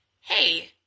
hey